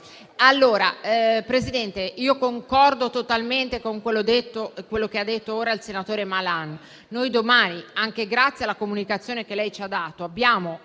Signor Presidente, io concordo totalmente con quanto detto dal senatore Malan. Domani, anche grazie alla comunicazione che lei ci ha dato, abbiamo